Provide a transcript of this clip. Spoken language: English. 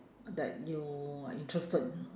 that you are interested